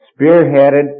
spearheaded